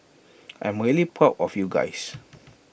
I'm really proud of you guys